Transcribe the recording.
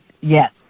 Yes